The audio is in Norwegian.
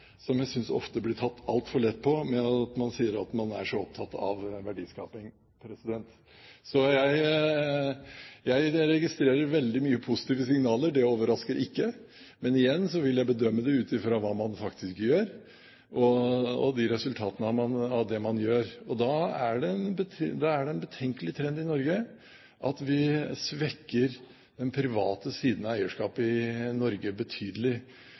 som jeg synes ofte blir tatt altfor lett på, når man sier at man er så opptatt av verdiskaping. Jeg registrerer veldig mange positive signaler. Det overrasker ikke. Men igjen vil jeg bedømme det ut fra hva man faktisk gjør, og resultatene av det man gjør. Det er en betenkelig trend at vi svekker den private siden av eierskapet i Norge betydelig.